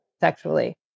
sexually